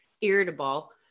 irritable